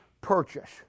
purchase